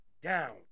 down